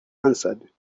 answered